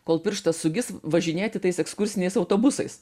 kol pirštas sugis važinėti tais ekskursiniais autobusais